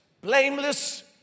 blameless